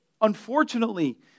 unfortunately